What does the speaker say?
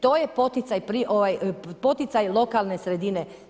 To je poticaj lokalne sredine.